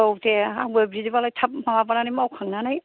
औ दे आंबो बिदिबालाय थाब माबानानै मावखांनानै